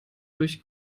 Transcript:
durch